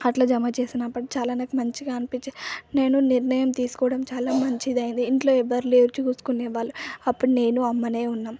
అట్లా జమచేసినప్పుడు చాల నాకు మంచిగా అనిపించి నేను నిర్ణయం తీసుకోడం చాలా మంచిదైంది ఇంట్లో ఎవరు లేరు చూసుకునే వాళ్ళు అప్పుడు నేను అమ్మనే ఉన్నాం